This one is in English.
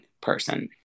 person